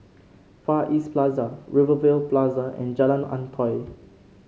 Far East Plaza Rivervale Plaza and Jalan Antoi